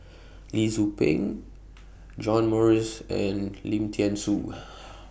Lee Tzu Pheng John Morrice and Lim Thean Soo